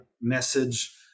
message